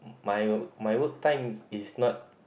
my work my work time is not